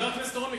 חבר הכנסת אורון,